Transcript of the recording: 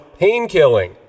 Painkilling